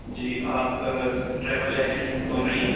جی آپ travel agent بول رہی ہیں